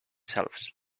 shelves